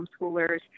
homeschoolers